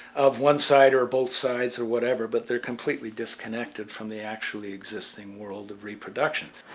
of one side or both sides or whatever. but they are completely disconnected from the actually existing world of reproduction.